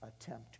attempt